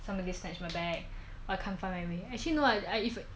somebody snatch my bag or I can't find my way actually no lah I if